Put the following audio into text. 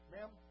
Ma'am